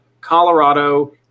Colorado